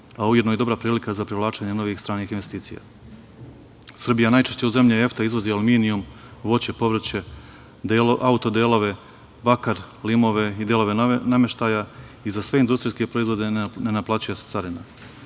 a ujedno i dobra prilika za privlačenje novih stranih investicija. Srbija najčešće u zemlji EFTA izvozi aluminijum, voće, povrće, auto delove, bakar, lim i delove novog nameštaja i za sve industrijske proizvode ne naplaćuje se carina. Što